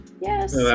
Yes